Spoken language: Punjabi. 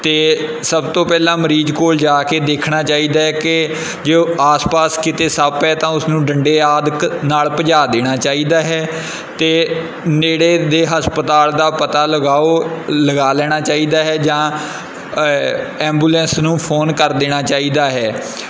ਅਤੇ ਸਭ ਤੋਂ ਪਹਿਲਾਂ ਮਰੀਜ਼ ਕੋਲ ਜਾ ਕੇ ਦੇਖਣਾ ਚਾਹੀਦਾ ਕਿ ਜੇ ਉਹ ਆਸ ਪਾਸ ਕਿਤੇ ਸੱਪ ਹੈ ਤਾਂ ਉਸ ਨੂੰ ਡੰਡੇ ਆਦਿਕ ਨਾਲ ਭਜਾ ਦੇਣਾ ਚਾਹੀਦਾ ਹੈ ਅਤੇ ਨੇੜੇ ਦੇ ਹਸਪਤਾਲ ਦਾ ਪਤਾ ਲਗਾਓ ਲਗਾ ਲੈਣਾ ਚਾਹੀਦਾ ਹੈ ਜਾਂ ਐਂਬੂਲੈਂਸ ਨੂੰ ਫੋਨ ਕਰ ਦੇਣਾ ਚਾਹੀਦਾ ਹੈ